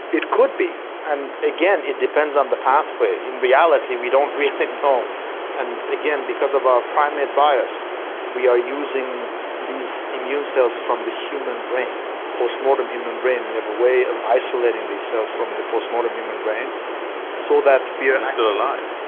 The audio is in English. it could be and again it depends on the pathway. in reality we don't really know and again, because of our primate bias we are using these immune cells from the human brain, post-mortem human brain, we have a way of isolating these cells from the post-mortem human brain so that. they are and still alive?